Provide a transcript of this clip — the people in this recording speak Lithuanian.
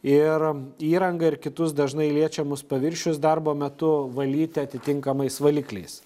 ir įrangą ir kitus dažnai liečiamus paviršius darbo metu valyti atitinkamais valikliais